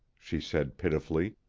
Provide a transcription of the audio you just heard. she said pitifully,